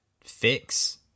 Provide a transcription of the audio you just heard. fix